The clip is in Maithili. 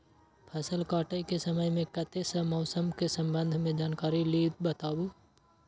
फसल काटय के समय मे कत्ते सॅ मौसम के संबंध मे जानकारी ली बताबू?